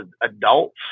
adults